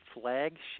flagship